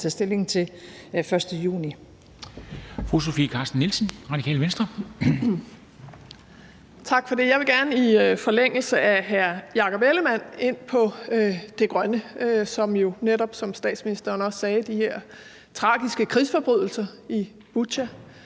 tage stilling til den 1. juni.